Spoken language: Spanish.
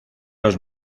los